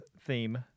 theme